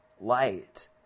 light